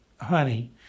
honey